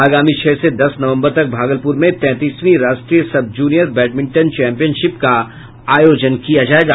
आगामी छह से दस नवम्बर तक भागलपुर में तैंतीसवीं राष्ट्रीय सब जूनियर बैडमिंटन चैंपियनशिप का आयोजन किया जायेगा